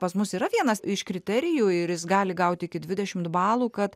pas mus yra vienas iš kriterijų ir jis gali gauti iki dvidešimt balų kad